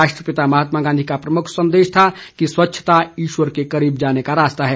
राष्ट्रपिता महात्मा गांधी का प्रमुख संदेश था कि स्वच्छता ईश्वर के करीब जाने का रास्ता है